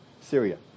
Syria